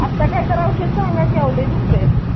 आत्ता काय तर औषध सांगा की अहो लै दुखतं आहे